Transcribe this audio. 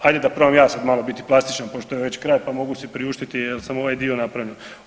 Hajde da probam ja sad biti malo plastičan pošto je već kraj, pa mogu si priuštiti jer sam ovaj dio napravio.